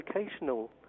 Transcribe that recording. educational